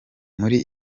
muri